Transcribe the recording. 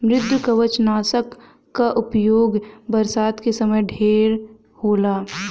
मृदुकवचनाशक कअ उपयोग बरसात के समय ढेर होला